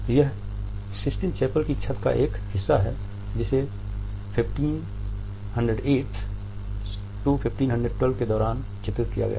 यह Sistine Chapel की छत का एक हिस्सा है जिसे 1508 1512 के दौरान चित्रित किया गया था